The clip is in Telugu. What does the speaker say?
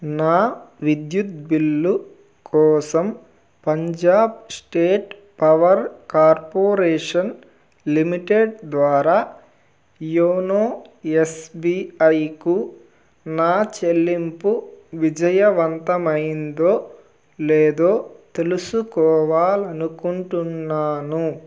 నా విద్యుత్ బిల్లు కోసం Punjab state power corporation limited ద్వారా యోనో ఎస్ బీ ఐకు నా చెల్లింపు విజయవంతమైందో లేదో తెలుసుకోవాలి అనుకుంటున్నాను